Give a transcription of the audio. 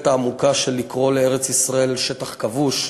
העמוקה של לקרוא לארץ-ישראל שטח כבוש.